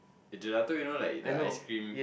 the gelato you know like the ice cream